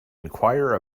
enquire